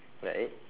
that it